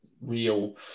real